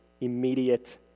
immediate